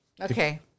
Okay